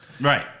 right